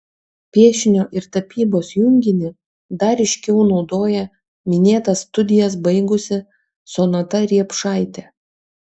piešinio ir tapybos junginį dar ryškiau naudoja minėtas studijas baigusi sonata riepšaitė